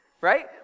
right